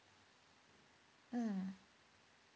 mm